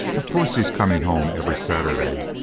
of course he's coming home every saturday,